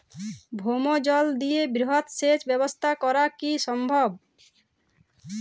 ভৌমজল দিয়ে বৃহৎ সেচ ব্যবস্থা করা কি সম্ভব?